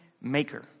maker